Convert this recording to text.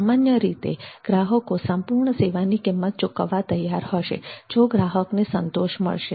સામાન્ય રીતે ગ્રાહકો સંપૂર્ણ સેવાની કિંમત ચૂકવવા તૈયાર હશે જો ગ્રાહકોને સંતોષ મળશે